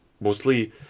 mostly